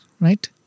right